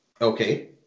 okay